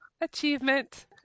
Achievement